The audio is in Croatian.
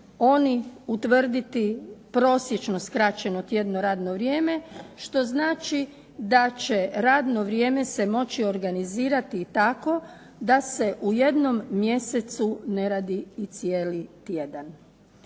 oni utvrditi prosječno skraćeno tjedno radno vrijeme što znači da će radno vrijeme se moći organizirati i tako da se u jednom mjesecu ne radi i cijeli tjedan.